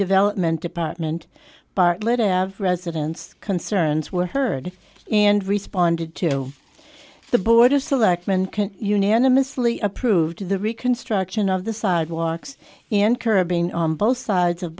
development department bartlett have residents concerns were heard and responded to the board of selectmen can unanimously approved the reconstruction of the sidewalks in curbing on both sides of